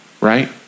right